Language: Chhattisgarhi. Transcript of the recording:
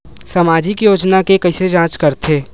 सामाजिक योजना के कइसे जांच करथे?